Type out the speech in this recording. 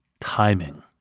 Timing